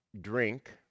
drink